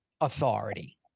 authority